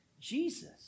Jesus